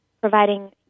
providing